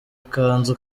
ikanzu